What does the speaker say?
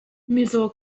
mizaw